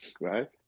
Right